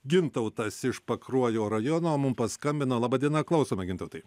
gintautas iš pakruojo rajono mum paskambino laba diena klausome gintautai